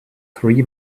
three